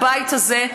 הבית הזה,